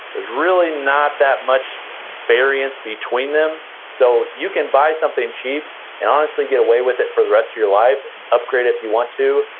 there's really not that much variance between them so you can buy something cheap and honestly, get away with it for the rest of your life and upgrade if you want to.